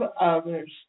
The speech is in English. others